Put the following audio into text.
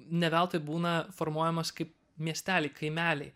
ne veltui būna formuojamos kaip miesteliai kaimeliai